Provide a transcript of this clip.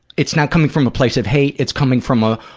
it's not coming from a place of hate. it's coming from a,